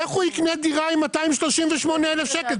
איך הוא יקנה דירה עם 238,000 שקל?